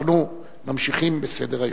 אנחנו ממשיכים בסדר-היום.